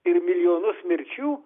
ir milijonus mirčių